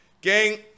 Gang